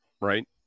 right